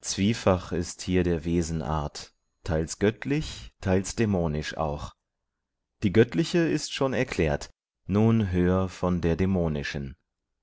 zwiefach ist hier der wesen art teils göttlich teils dämonisch auch die göttliche ist schon erklärt nun hör von der dämonischen